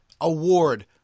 award